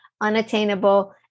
unattainable